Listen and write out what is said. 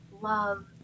love